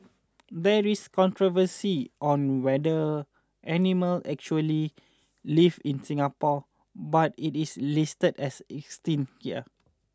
there is controversy on whether animal actually live in Singapore but it is listed as 'Extinct' here